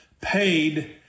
paid